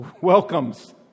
welcomes